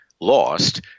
lost